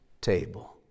table